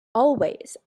always